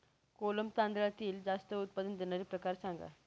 कोलम तांदळातील जास्त उत्पादन देणारे प्रकार सांगा